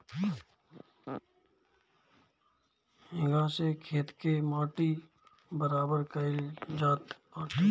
हेंगा से खेत के माटी बराबर कईल जात बाटे